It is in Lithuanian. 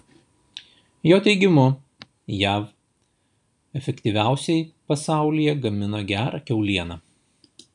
jo teigimu jav efektyviausiai pasaulyje gamina gerą kiaulieną